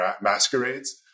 masquerades